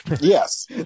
Yes